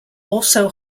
also